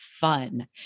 fun